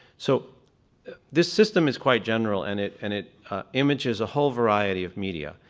so this system is quite general and it and it images a whole variety of media.